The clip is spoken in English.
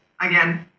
again